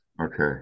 Okay